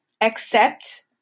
accept